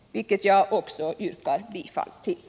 Jag yrkar alltså bifall till den motionen.